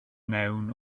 mewn